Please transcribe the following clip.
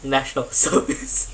national service